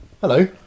Hello